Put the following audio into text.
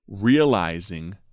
realizing